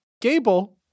Gable